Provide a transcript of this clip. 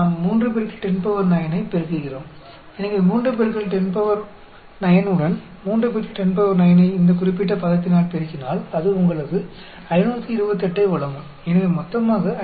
तो 3 10 9 को गुणा करें 3 10 9 को इस विशेष टर्म से गुणा करें जो आपको 528 देगा